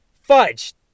fudge